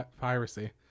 piracy